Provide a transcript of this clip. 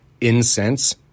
incense